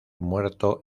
muerto